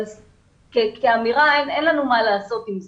אבל כאמירה אין לנו מה לעשות עם זה.